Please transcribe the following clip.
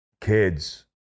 kids